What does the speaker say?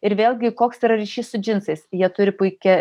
ir vėlgi koks yra ryšys su džinsais jie turi puikia